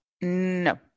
No